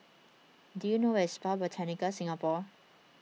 do you know where is Spa Botanica Singapore